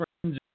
friends